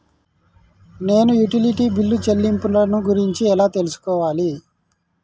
నేను utility bill చెల్లింపులను గురించి ఎలా తెలుసుకోవాలి?